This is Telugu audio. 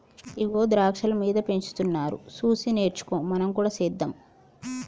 ఇగో ద్రాక్షాలు మీద పెంచుతున్నారు సూసి నేర్చుకో మనం కూడా సెద్దాం